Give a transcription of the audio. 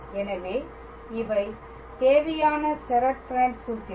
எனவே இவை தேவையான செரெட் ஃப்ரெனெட் சூத்திரம்